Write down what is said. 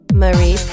Marie